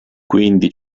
quindi